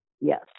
Yes